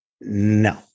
No